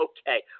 Okay